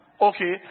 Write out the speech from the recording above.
Okay